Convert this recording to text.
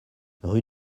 rue